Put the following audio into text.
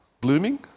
blooming